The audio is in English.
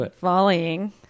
volleying